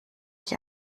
ich